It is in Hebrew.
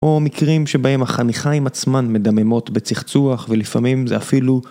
או מקרים שבהם החניכיים עצמן מדממות בצחצוח ולפעמים זה אפילו